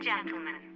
Gentlemen